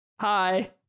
Hi